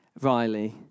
Riley